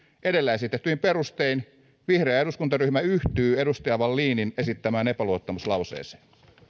edellä esitetyin perustein vihreä eduskuntaryhmä yhtyy edustaja wallinin esittämään epäluottamuslauseeseen